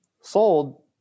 sold